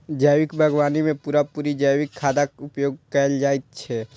जैविक बागवानी मे पूरा पूरी जैविक खादक उपयोग कएल जाइत छै